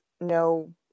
no